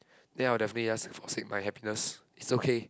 then I'll definitely just forsake my happiness is okay